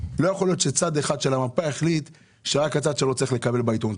לא יכול להיות שצד אחד של המפה יחליט שרק הצד שלו צריך לקבל בעיתונות.